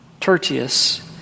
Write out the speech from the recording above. tertius